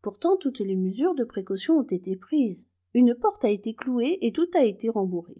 pourtant toutes les mesures de précaution ont été prises une porte a été clouée et tout a été rembourré